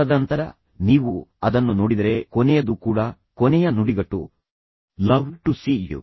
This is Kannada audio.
ತದನಂತರ ನೀವು ಅದನ್ನು ನೋಡಿದರೆ ಕೊನೆಯದು ಕೂಡ ಕೊನೆಯ ನುಡಿಗಟ್ಟು luv to cu